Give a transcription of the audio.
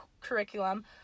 curriculum